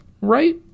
right